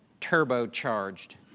turbocharged